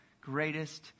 greatest